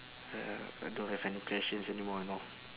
uh I don't have any questions anymore know